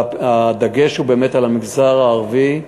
הדגש הוא באמת על המגזר הערבי.